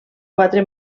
quatre